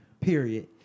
period